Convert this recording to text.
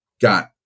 got